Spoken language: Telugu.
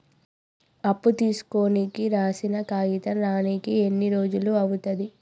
అప్పు తీసుకోనికి రాసిన కాగితం రానీకి ఎన్ని రోజులు అవుతది?